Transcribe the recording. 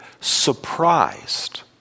surprised